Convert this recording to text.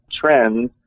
trends